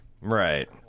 right